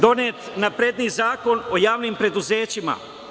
Donet napredniji Zakon o javnim preduzećima.